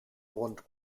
rund